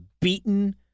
beaten